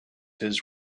his